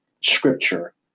scripture